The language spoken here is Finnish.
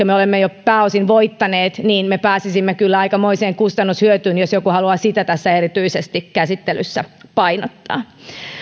me olemme jo pääosin voittaneet niin me pääsisimme kyllä aikamoiseen kustannushyötyyn jos joku haluaa erityisesti sitä tässä käsittelyssä painottaa